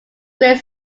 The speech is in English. grit